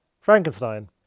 frankenstein